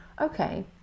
okay